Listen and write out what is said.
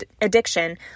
addiction